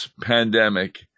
pandemic